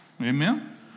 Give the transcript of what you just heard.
Amen